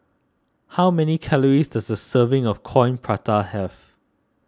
how many calories does a serving of Coin Prata have